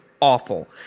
awful